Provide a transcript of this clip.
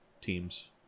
teams